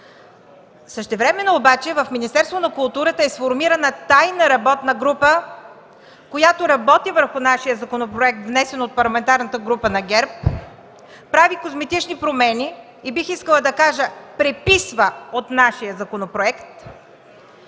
Същевременно обаче в Министерството на културата е сформирана тайна работна група, която работи върху нашия законопроект, внесен от Парламентарната група на ГЕРБ, прави козметични промени и бих искала да кажа: „преписва от нашия законопроект”.